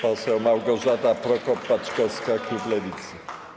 Poseł Małgorzata Prokop-Paczkowska, klub Lewicy.